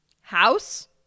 house